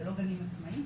זה לא גנים עצמאיים,